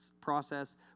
process